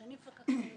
שאני מפקחת על ירושלים,